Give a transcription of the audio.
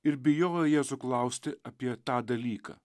ir bijojo jėzų klausti apie tą dalyką